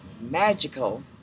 magical